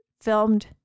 filmed